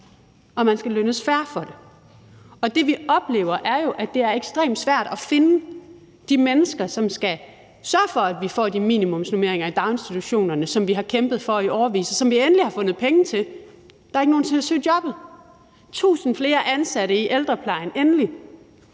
og man skal lønnes fair for det. Det, vi oplever, er jo, at det er ekstremt svært at finde de mennesker, som skal sørge for, at vi får de minimumsnormeringer i daginstitutionerne, som vi har kæmpet for i årevis, og som vi endelig har fundet penge til, men hvor der ikke er nogen til at søge jobbet. 1.000 flere ansatte i ældreplejen har vi